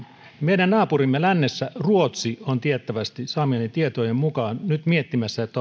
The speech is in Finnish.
meidän naapurimme lännessä ruotsi on saamieni tietojen mukaan nyt miettimässä